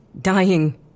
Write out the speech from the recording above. dying